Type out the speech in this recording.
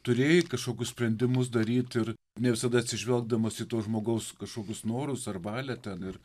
turėjai kažkokius sprendimus daryt ir ne visada atsižvelgdamas į to žmogaus kažkokius norus ar valią ten ir